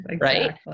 right